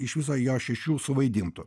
iš viso jo šešių suvaidintų